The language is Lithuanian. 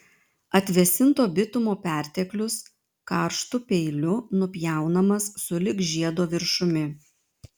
atvėsinto bitumo perteklius karštu peiliu nupjaunamas sulig žiedo viršumi